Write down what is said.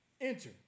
Enter